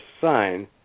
sign